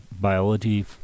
Biology